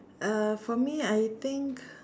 uh for me I think